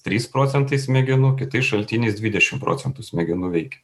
trys procentai smegenų kitais šaltiniais dvidešim procentų smegenų veikia